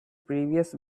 previous